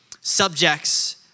subjects